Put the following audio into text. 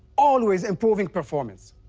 always improving performance.